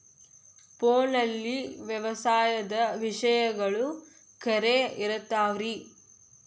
ಫೋನಲ್ಲಿ ವ್ಯವಸಾಯದ ವಿಷಯಗಳು ಖರೇ ಇರತಾವ್ ರೇ?